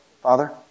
Father